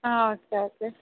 ആ okay okay